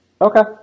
Okay